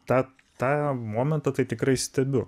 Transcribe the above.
tą tą momentą tai tikrai stebiu